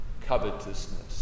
covetousness